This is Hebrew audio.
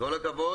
תודה.